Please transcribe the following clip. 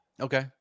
Okay